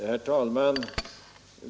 Herr talman!